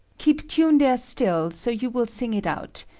keep tune there still, so you will sing it out.